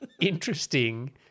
Interesting